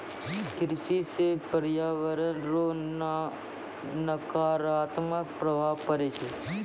कृषि से प्रर्यावरण रो नकारात्मक प्रभाव पड़ै छै